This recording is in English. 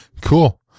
Cool